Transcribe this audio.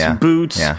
boots